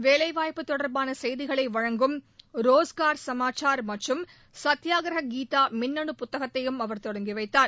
வேலைவாய்ப்பு தொடர்பான செய்திகளை வழங்கும் ரோஸ்கர் சமாச்சார் மற்றும் சத்யாகிரகாகீதா மின்னணு புத்தகத்தையும் அவர் தொடங்கி வைத்தார்